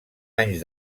anys